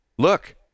Look